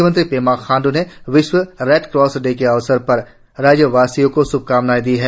म्ख्यमंत्री पेमा खांडू ने विश्व रेड क्रॉस डे के अवसर पर राज्यवासियों को श्भकामनाएं दी है